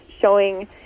showing